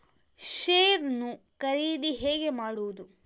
Share ನ್ನು ಖರೀದಿ ಹೇಗೆ ಮಾಡುವುದು?